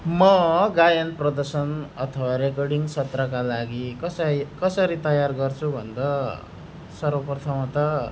म गायन प्रदर्शन अथवा रेकर्डिङ सत्रका लागि कसै कसरी तयार गर्छु भन्दा सर्वप्रथम त